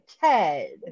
Ted